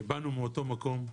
באנו מאותו מקום,